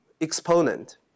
exponent